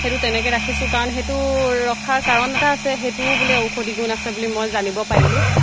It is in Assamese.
সেইটো তেনেকৈ ৰাখিছোঁ কাৰণ সেইটো ৰখাৰ কাৰণ এটা আছে সেইটোও বোলে ঔষধি গুণ আছে বুলি মই জানিব পাৰিলোঁ